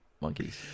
Monkeys